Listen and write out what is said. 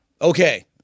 Okay